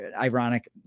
ironic